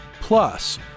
Plus